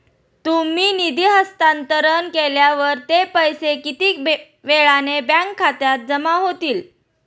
तुम्ही निधी हस्तांतरण केल्यावर ते पैसे किती वेळाने बँक खात्यात जमा होतील?